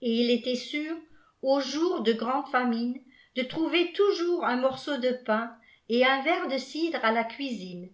et il était sûr aux jours de grande famme de trouver toujours un morceau de pain et un verre de cidre à la cuisine